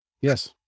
Yes